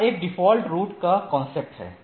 यहां एक default route का कंसेप्ट है